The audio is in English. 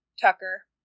Tucker